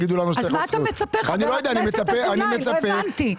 אז למה אתה מצפה, חבר הכנסת אזולאי, לא הבנתי.